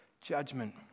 judgment